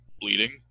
bleeding